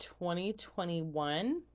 2021